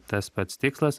tas pats tikslas